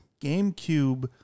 GameCube